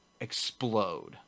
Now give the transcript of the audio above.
explode